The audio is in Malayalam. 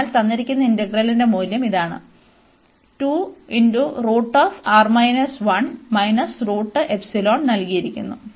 അതിനാൽ തന്നിരിക്കുന്ന ഇന്റഗ്രലിന്റെ മൂല്യം ഇതാണ് ഇവിടെ നൽകിയിരിക്കുന്നു